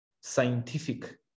scientific